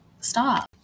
stop